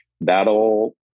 that'll